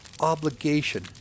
obligation